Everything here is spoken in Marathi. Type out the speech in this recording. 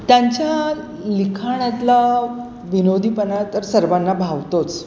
त्यां लिखाण्यातला विनोदीपना तर सर्वांना भावतोच